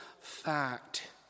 fact